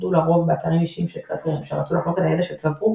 שהתמקדו לרוב באתרים אישיים של קראקרים שרצו לחלוק את הידע שצברו,